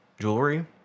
jewelry